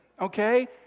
okay